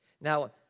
Now